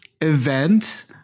event